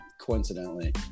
coincidentally